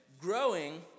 Growing